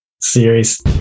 series